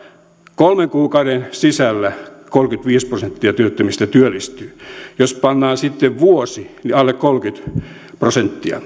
kolmen kuukauden sisällä kolmekymmentäviisi prosenttia työttömistä työllistyy jos pannaan sitten vuosi niin alle kolmekymmentä prosenttia